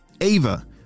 Ava